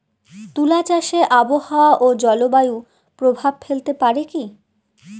তুলা চাষে আবহাওয়া ও জলবায়ু প্রভাব ফেলতে পারে কি?